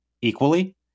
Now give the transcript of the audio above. equally